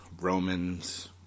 Romans